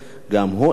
גם הוא איננו.